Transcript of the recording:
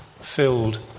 filled